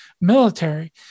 military